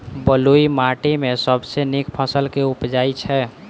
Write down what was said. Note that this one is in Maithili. बलुई माटि मे सबसँ नीक फसल केँ उबजई छै?